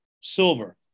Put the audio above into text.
silver